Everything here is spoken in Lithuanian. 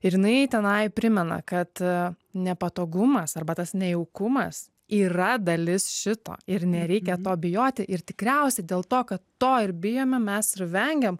ir jinai tenai primena kad nepatogumas arba tas nejaukumas yra dalis šito ir nereikia to bijoti ir tikriausiai dėl to kad to ir bijome mes vengiam